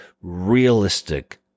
realistic